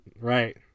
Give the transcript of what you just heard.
Right